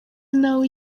nawe